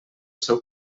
seu